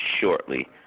shortly